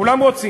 כולם רוצים.